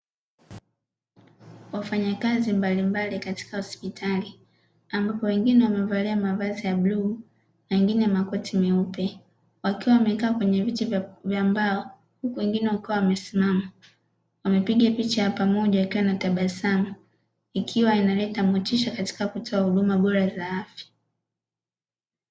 Wafanyakazi mbalimbali katika hospitali ambapo wengine wamevalia mavazi ya bluu na wengine makoti meupe wakiwa wamekaa kwenye viti vya mbao huku wengine wakiwa wamesimamaa amepiga picha pamoja akiwa anatabasamu ikiwa inaleta motisha katika kutoa huduma bora za afya.